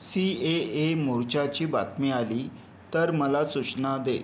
C A A मोर्चाची बातमी आली तर मला सूचना दे